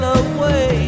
away